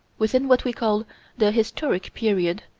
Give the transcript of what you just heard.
within what we call the historic period,